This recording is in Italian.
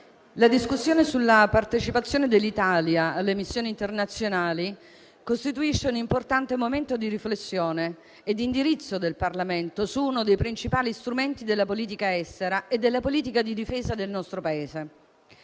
la discussione sulla partecipazione dell'Italia alle missioni internazionali costituisce un importante momento di riflessione e di indirizzo del Parlamento su uno dei principali strumenti della politica estera e della politica di difesa del nostro Paese.